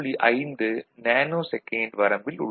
5 nanosecond வரம்பில் உள்ளது